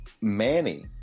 Manny